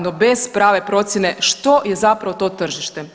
No bez prave procjene što je zapravo to tržište?